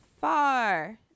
far